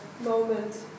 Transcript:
moment